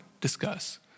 discuss